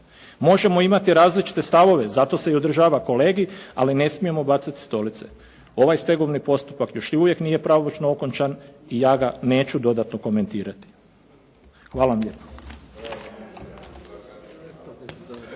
Možemo imati i različite stavove, zato se i održava kolegij, ali ne smijemo bacati stolice. Ovaj stegovni postupak još uvijek nije pravomoćno okončan i ja ga neću dodatno komentirati. Hvala vam lijepo.